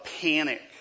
panic